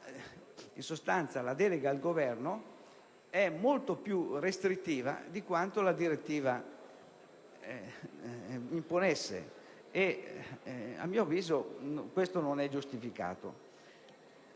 termini, la delega al Governo è più restrittiva di quanto la direttiva imponesse e a mio avviso ciò non è giustificato